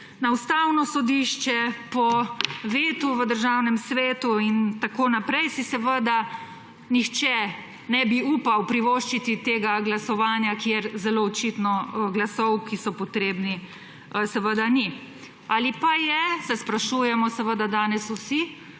na Ustavno sodišče, po vetu v Državnem svetu in tako naprej si seveda nihče ne bi upal privoščiti tega glasovanja, kjer zelo očitno glasov, ki so zelo potrebni, seveda ni. Ali pa je, se sprašujemo danes vsi,